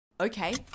Okay